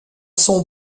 son